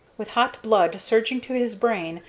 with hot blood surging to his brain,